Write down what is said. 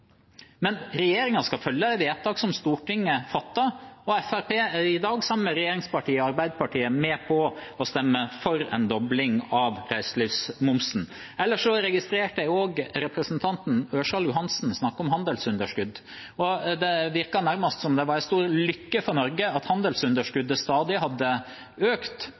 Men regjeringen skal følge vedtak som Stortinget fatter, og Fremskrittspartiet er, sammen med regjeringspartiene og Arbeiderpartiet, i dag med på å stemme for en dobling av reiselivsmomsen. Ellers registrerte jeg også representanten Ørsal Johansen snakke om handelsunderskudd, og det virker nærmest som om det er en stor lykke for Norge at handelsunderskuddet fra Fastlands-Norge stadig har økt.